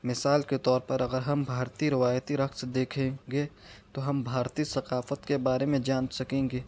مثال کے طور پر اگر ہم بھارتی روایتی رقص دیکھیں گے تو ہم بھارتی ثقافت کے بارے میں جان سکیں گے